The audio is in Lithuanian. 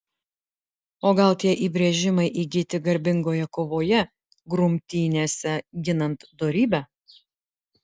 o gal tie įbrėžimai įgyti garbingoje kovoje grumtynėse ginant dorybę